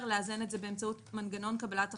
לאזן את זה באמצעות מנגנון קבלת החלטות.